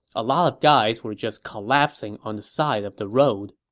a lot of guys were just collapsing on the side of the road.